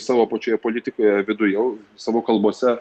savo pačioje politikoje viduje savo kalbose